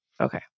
Okay